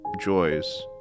joys